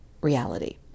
reality